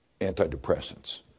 antidepressants